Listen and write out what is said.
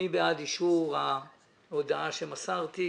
מי בעד אישור ההודעה שמסרתי?